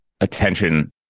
attention